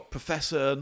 Professor